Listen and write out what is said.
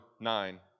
nine